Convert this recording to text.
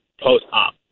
post-op